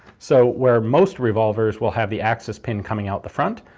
so where most revolvers will have the axis pin coming out the front,